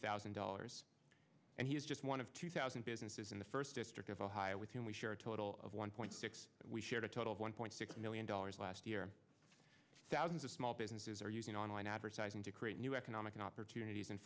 thousand dollars and he is just one of two thousand businesses in the first district of ohio with whom we share a total of one point six we shared a total of one point six million dollars last year thousands of small businesses are using online advertising to create new economic opportunities and